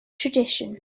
tradition